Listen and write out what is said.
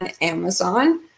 Amazon